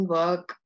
work